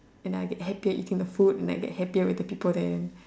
and I get happier eating the food and like the happier with the people there